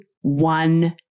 one